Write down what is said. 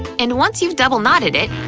and once you've double-knotted it,